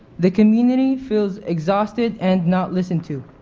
the community feels exhausted and not listened to.